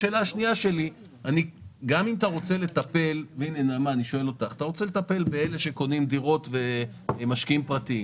אתה רוצה לטפל באלה שקונים דירות ובמשקיעים פרטיים.